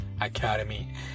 academy